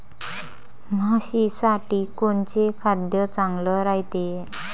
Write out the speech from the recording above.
म्हशीसाठी कोनचे खाद्य चांगलं रायते?